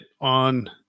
on